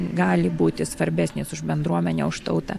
gali būti svarbesnis už bendruomenę už tautą